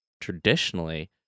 Traditionally